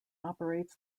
operates